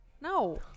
No